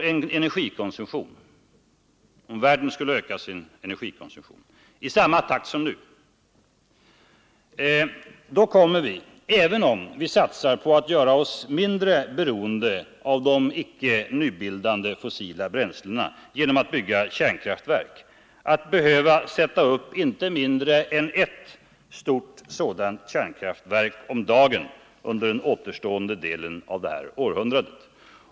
Om världen skulle öka sin energikonsumtion i samma takt som nu, kommer vi, även om vi satsar på att göra oss mindre beroende av icke nybildande fossila bränslen genom att bygga kärnkraftverk, att behöva sätta upp inte mindre än ett stort kärnkraftverk om dagen under den återstående delen av detta århundrade.